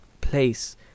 place